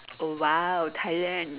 oh !wow! tilione